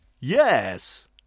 yes